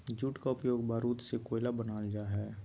jute का उपयोग बारूद से कोयला बनाल जा हइ